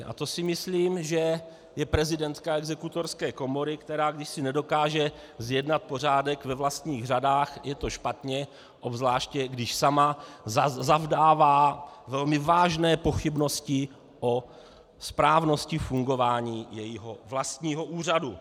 A to si myslím, že je prezidentka Exekutorské komory, která když si nedokáže zjednat pořádek ve vlastních řadách, je to špatně, obzvláště když sama zavdává velmi vážné pochybnosti o správnosti fungování svého vlastního úřadu.